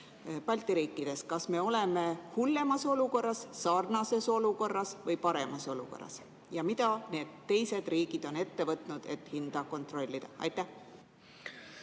Balti riikides? Kas me oleme hullemas olukorras, sarnases olukorras või paremas olukorras? Ja mida teised riigid on ette võtnud, et hinda kontrollida? Austatud